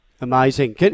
Amazing